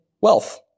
wealth